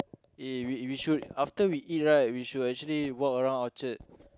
eh we we should after we eat right we should actually walk around Orchard